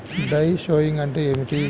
Dry sowing అంటే ఏమిటి?